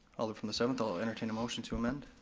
alder from the seventh, i'll entertain a motion to amend.